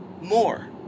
more